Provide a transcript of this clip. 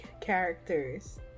characters